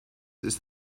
ist